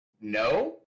No